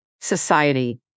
society